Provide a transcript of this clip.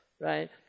right